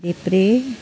देब्रे